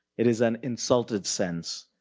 it is an insulted sense.